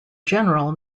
general